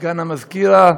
סגן המזכירה,